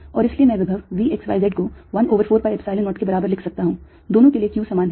और इसलिए मैं विभव V x y z को 1 over 4 pi Epsilon 0 के बराबर लिख सकता हूं दोनों के लिए q समान है